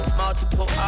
multiple